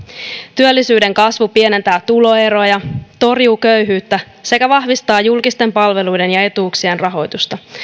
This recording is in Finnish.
työllisyyden kasvu pienentää tuloeroja torjuu köyhyyttä sekä vahvistaa julkisten palveluiden ja etuuksien rahoitusta